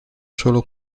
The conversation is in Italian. solo